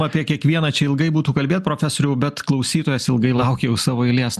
apie kiekvieną čia ilgai būtų kalbėt profesoriau bet klausytojas ilgai laukia jau savo eilės